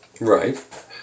Right